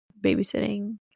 babysitting